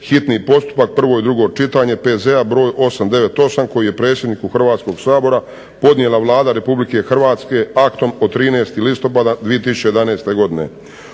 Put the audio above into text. hitni postupak, prvo i drugo čitanje, P.Z. br. 898, koji je predsjedniku Hrvatskog sabora podnijela Vlada Republike Hrvatske aktom od 13. listopada 2011. godine.